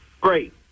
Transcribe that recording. Great